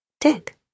Tick